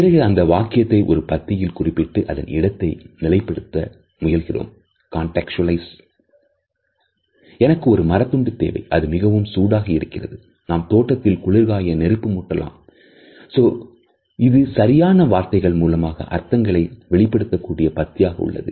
பிறகு அந்த வாக்கியத்தை ஒரு பத்தியில் குறிப்பிட்டு அதன் இடத்தை நிலைப்படுத்த முயல்கிறோம் " எனக்கு ஒரு மரத்துண்டுஇது சரியான வார்த்தைகள் மூலமாக அர்த்தங்களை வெளிப்படுத்தக்கூடிய பத்தியாக உள்ளது